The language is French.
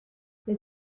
les